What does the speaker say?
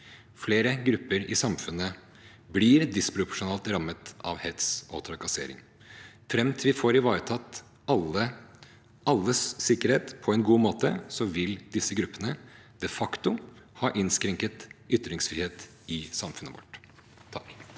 Flere grupper i samfunnet blir disproporsjonalt rammet av hets og trakassering. Fram til vi får ivaretatt alles sikkerhet på en god måte, vil disse gruppene de facto ha innskrenket ytringsfrihet i samfunnet vårt.